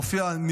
יש דעות,